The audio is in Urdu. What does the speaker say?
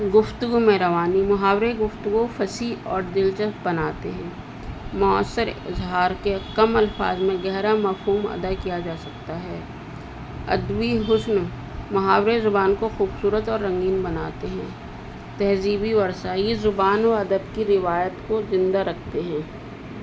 گفتگو میں روانی محاورے گفتگو پھنسی اور دلچسپ بناتے ہیں معؤثر اظہار کے کم الفاظ میں گہرا مفوم ادا کیا جا سکتا ہے ادبی حشن محاورے زبان کو خوبصورت اور رنگین بناتے ہیں تہذیبی ورثہ یہ زبان و ادب کی روایت کو زندہ رکھتے ہیں